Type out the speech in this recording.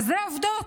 אלה עובדות.